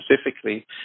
specifically